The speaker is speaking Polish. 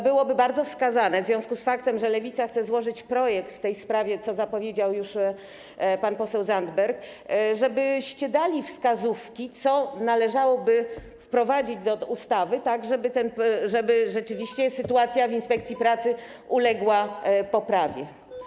Byłoby bardzo wskazane w związku z faktem, że Lewica chce złożyć projekt w tej sprawie, co zapowiedział już pan poseł Zandberg, żebyście dali wskazówki, co należałoby wprowadzić do ustawy, tak żeby rzeczywiście sytuacja w inspekcji pracy uległa poprawie.